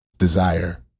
desire